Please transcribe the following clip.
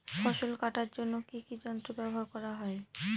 ফসল কাটার জন্য কি কি যন্ত্র ব্যাবহার করা হয়?